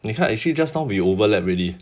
你看 actually just now we overlap already